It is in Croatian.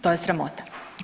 To je sramota.